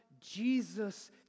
Jesus